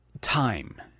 time